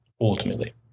Ultimately